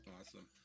awesome